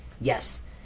yes